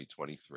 2023